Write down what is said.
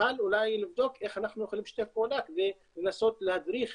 ונוכל אולי לבדוק איך אנחנו יכולים לשתף פעולה כדי לנסות להדריך,